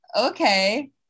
Okay